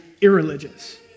irreligious